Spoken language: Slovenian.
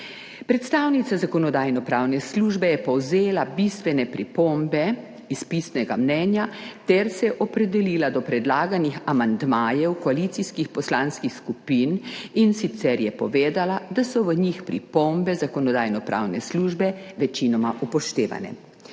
Predstavnica Zakonodajno-pravne službe je povzela bistvene pripombe iz pisnega mnenja ter se opredelila do predlaganih amandmajev koalicijskih poslanskih skupin, in sicer je povedala, da so v njih pripombe Zakonodajno-pravne službe večinoma upoštevane.